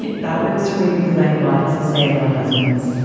and that works for me because i have lots to say about husbands.